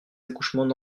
accouchements